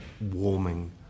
warming